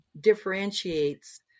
differentiates